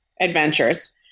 adventures